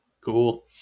Cool